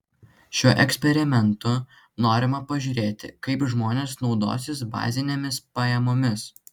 šiuo eksperimentu norima pažiūrėti kaip žmonės naudosis bazinėmis pajamomis